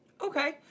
Okay